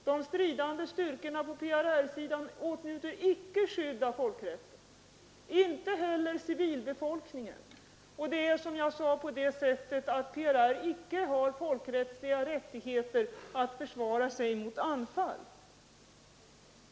De stridande styrkorna på PRR-sidan åtnjuter icke skydd av folkrätten, inte heller civilbefolkningen, och PRR har som jag sade icke folkrättsliga rättigheter att försvara sig vid ett anfall.